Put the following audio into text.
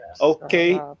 okay